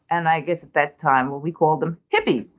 and i guess at that time, well, we called them hippies.